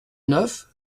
neuf